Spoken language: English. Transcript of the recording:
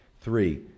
Three